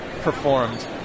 performed